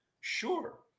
sure